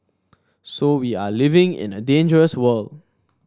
so we are living in a dangerous world